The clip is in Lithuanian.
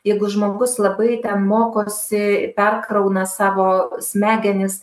jeigu žmogus labai ten mokosi perkrauna savo smegenis